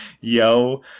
yo